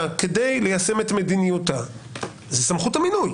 כדי ליישם את מדיניותה זה סמכות המינוי,